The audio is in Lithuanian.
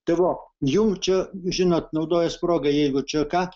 tai va jau čia žinot naudojuos proga jeigu čia ką